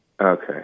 Okay